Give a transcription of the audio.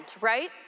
right